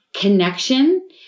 connection